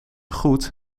goed